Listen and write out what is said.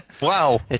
Wow